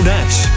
Nash